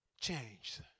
changed